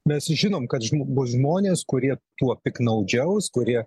mes žinom kad bus žmonės kurie tuo piktnaudžiaus kurie